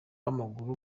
w’amaguru